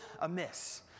amiss